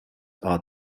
are